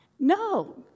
No